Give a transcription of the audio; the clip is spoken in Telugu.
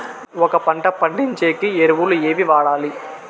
ఒక పంట పండించేకి ఎరువులు ఏవి వాడాలి?